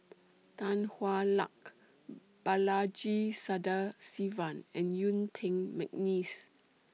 Tan Hwa Luck Balaji Sadasivan and Yuen Peng Mcneice